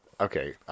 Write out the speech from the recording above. Okay